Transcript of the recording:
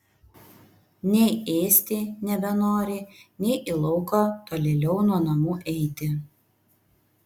nei ėsti nebenori nei į lauką tolėliau nuo namų eiti